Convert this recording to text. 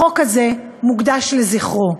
החוק הזה מוקדש לזכרו.